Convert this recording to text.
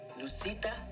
Lucita